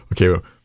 Okay